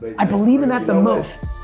i believe in that the most.